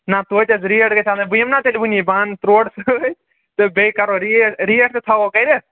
نہَ توتہِ حظ ریٹ گژھِ آسٕنۍ بہٕ یِمہٕ نا تیٚلہِ ؤنی بہٕ اَنہٕ ترٛوڈٕ سۭتۍ تہٕ بیٚیہِ کَرو ریٹ ریٹ تہِ تھاوَو کٔرِتھ